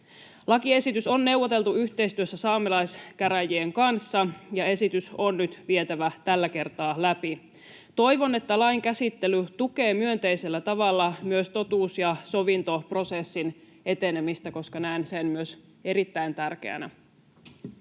Lakiesitys on neuvoteltu yhteistyössä saamelaiskäräjien kanssa, ja esitys on nyt vietävä tällä kertaa läpi. Toivon että lain käsittely tukee myönteisellä tavalla myös totuus- ja sovintoprosessin etenemistä, koska näen myös sen erittäin tärkeänä.